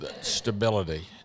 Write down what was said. stability